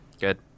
Good